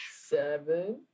Seven